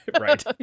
Right